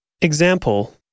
Example